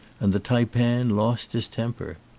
and the taipan lost his temper.